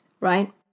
right